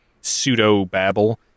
pseudo-babble